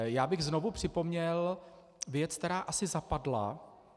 Já bych znovu připomněl věc, která asi zapadla.